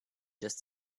just